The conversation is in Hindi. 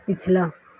पिछला